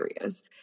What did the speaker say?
areas